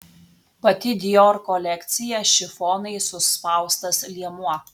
pati dior kolekcija šifonai suspaustas liemuo